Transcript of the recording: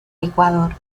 ecuador